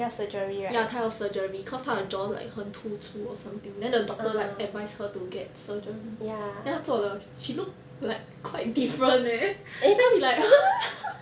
ya 他要 surgery cause 他的 jaw like 很突出 or something then the doctor like advised her to get surgery then 他做了 she looked like quite different leh then we like